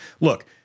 look